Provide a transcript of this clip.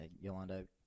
Yolanda